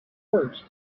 first